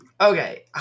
Okay